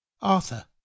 Arthur